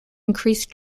increased